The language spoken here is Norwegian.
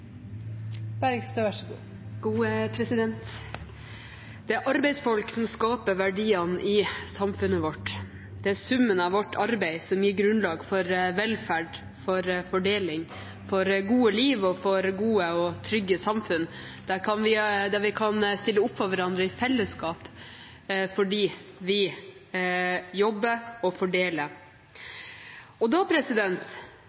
summen av vårt arbeid som gir grunnlag for velferd, for fordeling, for gode liv og for gode og trygge samfunn der vi kan stille opp for hverandre i fellesskap fordi vi jobber og